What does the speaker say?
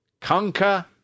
conquer